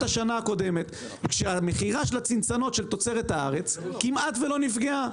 השנה הקודמת כשהמכירה של הצנצנות של תוצרת הארץ כמעט שלא נפגעה.